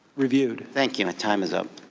reviewed. thank you, my time is up.